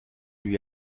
lui